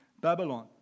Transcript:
Babylon